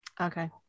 Okay